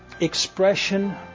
expression